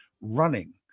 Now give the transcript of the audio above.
running